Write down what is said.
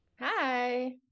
Hi